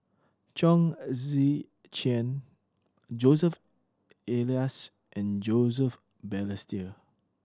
Chong Tze Chien Joseph Elias and Joseph Balestier